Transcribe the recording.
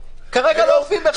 כרגע לא אוכפים בכלל.